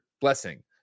Blessing